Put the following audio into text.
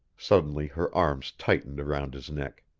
suddenly her arms tightened around his neck.